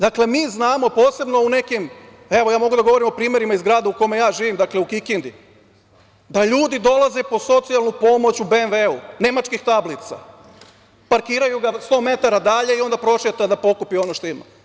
Dakle, mi znamo, posebno u nekim, evo ja mogu da govorim u primerima iz grada u kome ja živim, u Kikindi, da ljudi dolaze po socijalnu pomoć u BMV nemačkih tablica, parkiraju ga 100 metara dalje i onda prošeta da pokupi ono što ima.